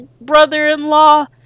brother-in-law